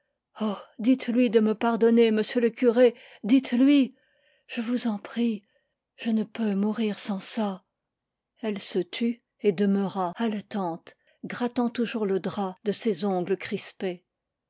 dites-lui de me pardonner monsieur le curé dites-lui je vous en prie je ne peux mourir sans ça la confession elle se tut et demeura haletante grattant toujours le drap de ses ongles crispés